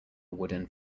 wooden